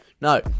No